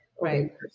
Right